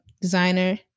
designer